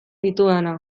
ditudana